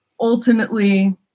Ultimately